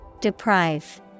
Deprive